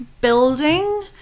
building